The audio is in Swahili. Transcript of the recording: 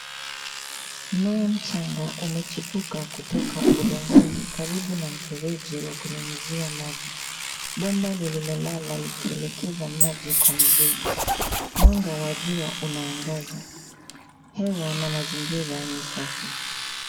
Mmea mchanga umechipuka kutoka udongoni karibu na mfereji wakunyunyizia maji. Bomba lililolala likielekeza maji kwa mizizi. Mwanga wa jua unaangaza, hewa na mazingira ni safi.